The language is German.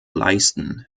leisten